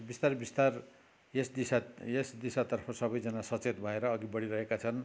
बिस्तारो बिस्तारो यस दिशा यस दिशातर्फ सबैजना सचेत भएर अघि बढिरहेका छन्